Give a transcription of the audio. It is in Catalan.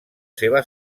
seva